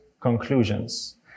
conclusions